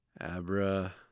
Abra